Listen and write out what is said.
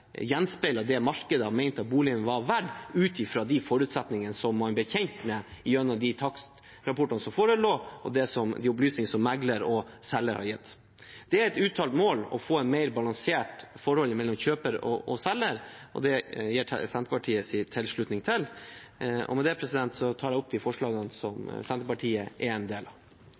det markedet hadde ment at boligen var verdt, ut fra de forutsetningene man ble kjent med gjennom takstrapportene som forelå, og gjennom opplysningene som megler og selger hadde gitt. Det er et uttalt mål å få et mer balansert forhold mellom kjøper og selger, og det gir Senterpartiet sin tilslutning til. Med det tar jeg opp Senterpartiets forslag. Da har representanten Willfred Nordlund tatt opp de forslagene han viste til. Det er helt riktig at dette er en